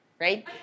Right